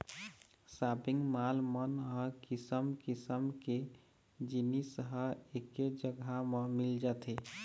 shopping mall मन ह किसम किसम के जिनिस ह एके जघा म मिल जाथे